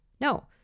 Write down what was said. No